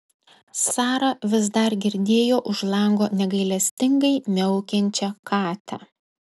sara vis dar girdėjo už lango negailestingai miaukiančią katę